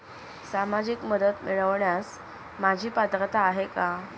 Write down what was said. सामाजिक मदत मिळवण्यास माझी पात्रता आहे का?